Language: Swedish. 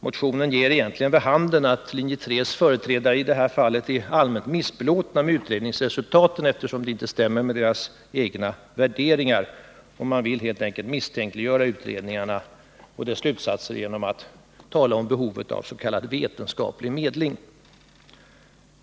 Motionen ger egentligen vid handen att linje 3:s företrädare i detta fall är allmänt missbelåtna med utredningsresultaten, eftersom de inte stämmer med de egna värderingarna. Man vill helt enkelt misstänkliggöra utredningarnas slutsatser genom att tala om behovet av s.k. vetenskaplig medling.